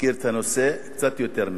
מכיר את הנושא קצת יותר ממך.